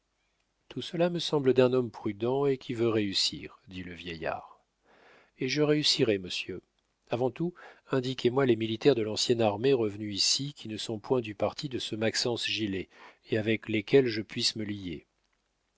tout cela me semble d'un homme prudent et qui veut réussir dit le vieillard et je réussirai monsieur avant tout indiquez-moi les militaires de l'ancienne armée revenus ici qui ne sont point du parti de ce maxence gilet et avec lesquels je puisse me lier